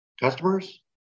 customers